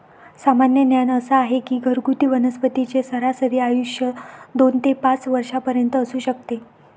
सामान्य ज्ञान असा आहे की घरगुती वनस्पतींचे सरासरी आयुष्य दोन ते पाच वर्षांपर्यंत असू शकते